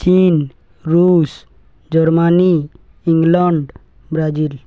China Russia Germany England Brazil